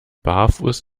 barfuß